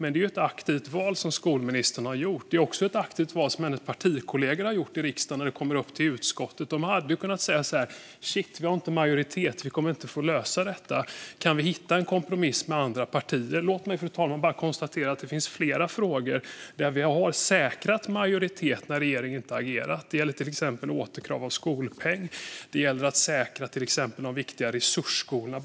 Det är dock ett aktivt val som skolministern har gjort. Det är också ett aktivt val som hennes partikollegor i riksdagen har gjort när detta har kommit upp i utskottet. De hade kunnat säga: Shit, vi har inte majoritet och kommer inte att lösa detta - kan vi hitta en kompromiss med andra partier? Låt mig bara konstatera, fru talman, att det finns flera frågor där vi har säkrat en majoritet när regeringen inte har agerat. Det gäller till exempel återkrav av skolpeng och att säkra de viktiga resursskolorna.